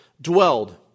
dwelled